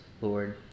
Lord